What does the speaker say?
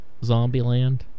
Zombieland